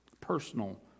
Personal